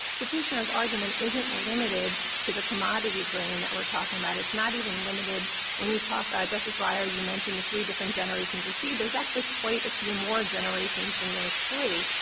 petitioner's argument isn't limited to the commodity grain that we are talking about. it's not even limited when you talk justice breyer, you mentioned the three different generations of seeds. there is actually quite a few more generations than those three.